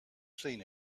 seen